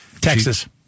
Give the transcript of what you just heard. Texas